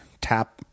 tap